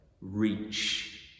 reach